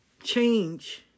Change